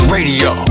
Radio